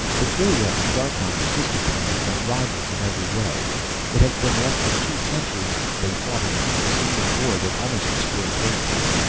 cassylia and darkhan are sister planets and rivals in every way. it has been less than two centuries since they fought an intra-system war that almost destroyed both of them.